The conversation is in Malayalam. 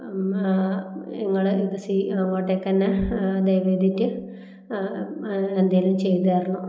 നിങ്ങൾ ഇത് അങ്ങോട്ടേക്കുതന്നെ ദയവു ചെയ്തിട്ട് എന്തെങ്കിലും ചെയ്തു തരണം